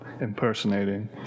impersonating